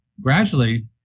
gradually